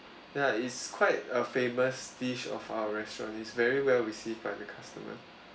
ya it's quite a famous dish of our restaurant it's very well received by the customer